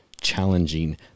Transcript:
challenging